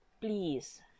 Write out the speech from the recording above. Please